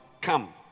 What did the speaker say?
come